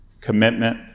commitment